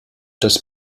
das